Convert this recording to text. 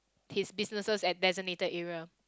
his businesses at designated area